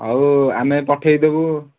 ହଉ ଆମେ ପଠାଇ ଦେବୁ